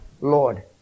Lord